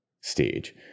stage